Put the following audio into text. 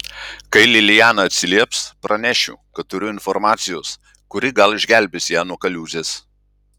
kai liliana atsilieps pranešiu kad turiu informacijos kuri gal išgelbės ją nuo kaliūzės